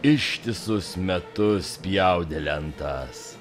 ištisus metus spjaudė lentas